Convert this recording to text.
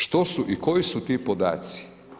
Što su i koji su ti podaci?